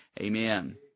Amen